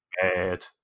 bad